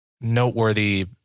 noteworthy